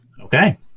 okay